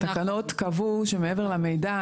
התקנות קבעו שמעבר למידע,